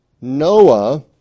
Noah